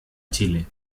chile